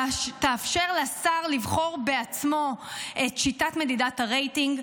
שתאפשר לשר לבחור בעצמו את שיטת מדידת הרייטינג,